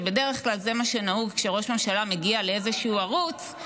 שבדרך כלל זה מה שנהוג כשראש ממשלה מגיע לאיזשהו ערוץ,